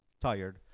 tired